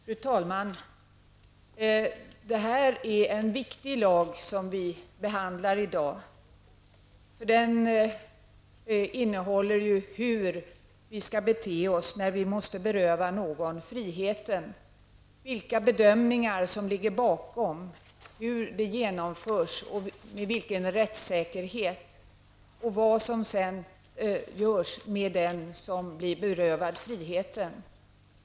Fru talman! Det är en viktig lag som vi behandlar här i dag, för den anger ju hur vi skall bete oss när vi måste beröva någon friheten -- vilka bestämmelser som ligger bakom, hur det hela genomförs och med vilken rättssäkerhet, och vad som görs med den som blir berövad friheten.